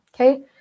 Okay